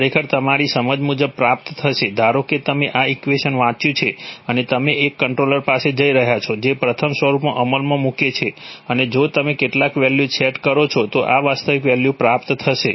ખરેખર તમારી સમજ મુજબ પ્રાપ્ત થશે ધારો કે તમે આ ઇક્વેશન વાંચ્યું છે અને તમે એક કંટ્રોલર પાસે જઈ રહ્યા છો જે પ્રથમ સ્વરૂપમાં અમલમાં મૂકે છે અને જો તમે કેટલાક વેલ્યુઝ સેટ કરો છો તો આ વાસ્તવિક વેલ્યુઝ પ્રાપ્ત થશે